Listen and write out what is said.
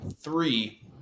three